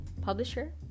publisher